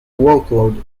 workload